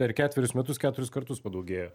per ketverius metus keturis kartus padaugėjo